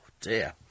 dear